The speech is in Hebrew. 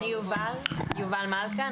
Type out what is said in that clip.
אני יובל מלכה,